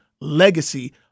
legacy